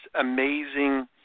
amazing